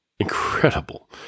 Incredible